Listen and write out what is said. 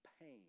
pain